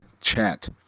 chat